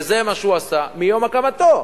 וזה מה שהוא עשה מיום הקמתו.